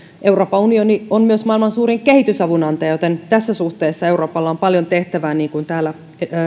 euroopan unioni on myös maailman suurin kehitysavun antaja joten tässä suhteessa euroopalla on paljon tehtävää niin kuin täällä